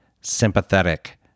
sympathetic